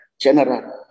General